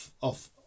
off